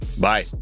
bye